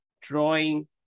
drawing